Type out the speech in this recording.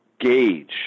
gauge